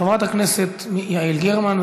חברת הכנסת יעל גרמן,